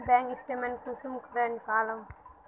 Bank statement कुंसम करे निकलाम?